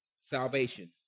salvation